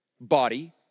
body